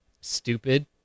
Stupid